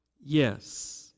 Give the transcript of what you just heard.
Yes